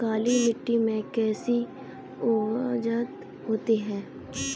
काली मिट्टी में कैसी उपज होती है?